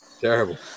Terrible